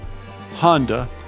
Honda